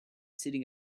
sitting